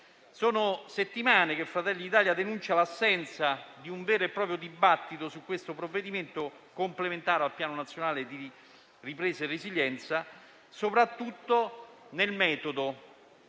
Da settimane Fratelli d'Italia denuncia l'assenza di un vero e proprio dibattito sul Piano complementare al Piano nazionale di ripresa e resilienza, soprattutto nel metodo.